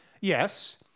Yes